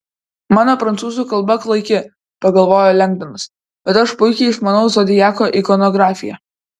mano prancūzų kalba klaiki pagalvojo lengdonas bet aš puikiai išmanau zodiako ikonografiją